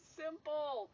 simple